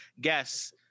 guess